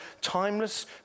timeless